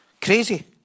Crazy